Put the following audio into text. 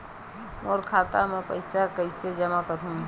मोर खाता म पईसा कइसे जमा करहु?